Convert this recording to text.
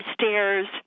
stairs